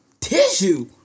TISSUE